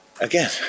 again